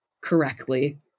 correctly